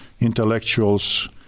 intellectuals